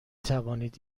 توانید